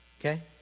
Okay